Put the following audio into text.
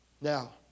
Now